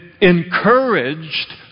encouraged